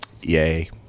Yay